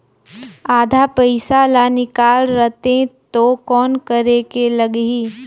आधा पइसा ला निकाल रतें तो कौन करेके लगही?